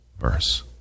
verse